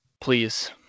Please